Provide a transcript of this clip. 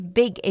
big